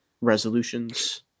resolutions